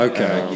Okay